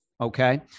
Okay